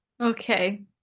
Okay